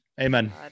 Amen